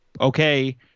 okay